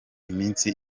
iminsi